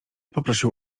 poprosił